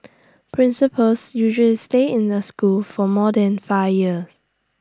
principals usually stay in the school for more than five years